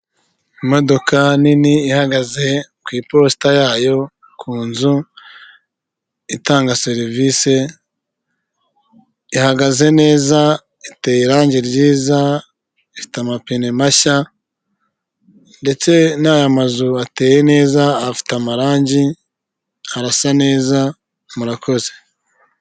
Imodoka nini ihagaze ku iposita yayo ku nzu itanga serivise, ihagaze neza, iteye irange ryiza, ifite amapine mashya, ndetse naya mazu ateye neza afite amarangi arasa neza murakoze.